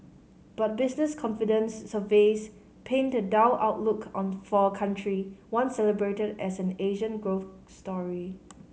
but business confidence surveys paint a dull outlook on for a country once celebrated as an Asian growth story